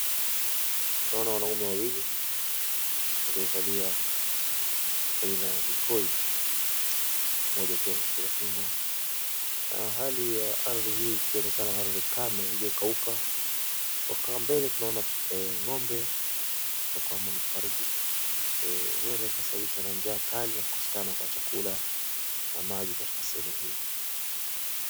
Naona wanaume wawili waliovalia aina ya vikoi, mmoja akiwa ameshikilia fimbo na hali ya ardhi hii ikionekana ardhi kame iliyokauka. Na kwa mbele tunaona ng'ombe ambayo kwamba amefariki, huenda ikasababishwa na njaa kali na kukosekana kwa chakula na maji katika sehemu hii.